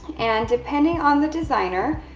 and depending on the designer,